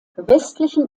westlichen